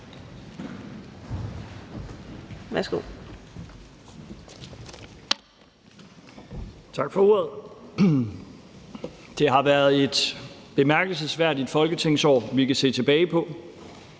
(V): Tak for ordet. Det har været et bemærkelsesværdigt folketingsår, vi kan se tilbage på.